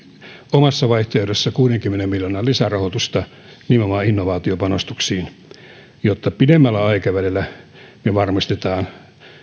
omassa vaihtoehdossamme kuudenkymmenen miljoonan lisärahoitusta nimenomaan innovaatiopanostuksiin jotta pidemmällä aikavälillä me varmistamme